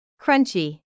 Crunchy